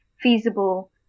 feasible